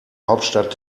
hauptstadt